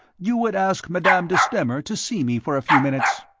you would ask madame de stamer to see me for a few minutes.